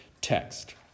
text